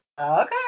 Okay